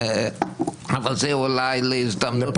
אבל זה אולי להזדמנות אחרת.